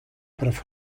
per